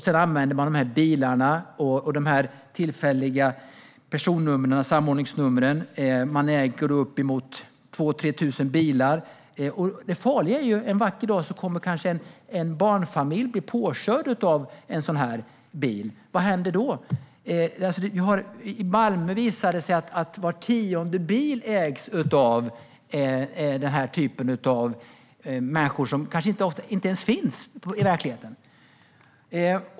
Sedan använder man de här bilarna och de tillfälliga samordningsnumren; man äger uppemot 2 000-3 000 bilar. Det farliga är att en barnfamilj kanske en vacker dag blir påkörd av en sådan här bil. Vad händer då? I Malmö visar det sig att var tionde bil ägs av denna typ av människor, som kanske inte ens finns i verkligheten.